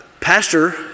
Pastor